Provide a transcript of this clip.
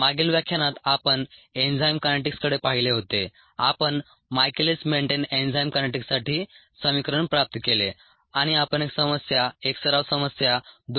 मागील व्याख्यानात आपण एन्जाइम कायनेटिक्सकडे पाहिले होते आपण मायकेलिस मेंटेन एन्जाइम कायनेटिक्ससाठी समिकरण प्राप्त केले आणि आपण एक समस्या एक सराव समस्या 2